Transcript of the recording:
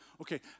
okay